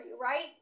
right